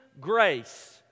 grace